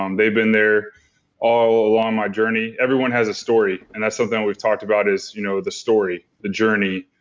um they've been there all along my journey. everyone has a story and that's something we've talked about is you know the story, the journey.